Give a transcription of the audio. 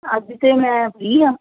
ਅੱਜ ਤਾਂ ਮੈਂ ਫ੍ਰੀ ਹਾਂ